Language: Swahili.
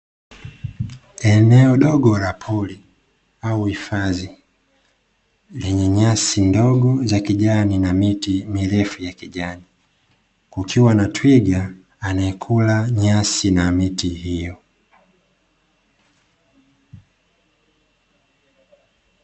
Eneo dogo la pori au hifadhi, lenye nyasi ndogo za kijani na miti mirefu ya kijani, kukiwa na twiga anayekula nyasi na miti hiyo.